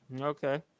okay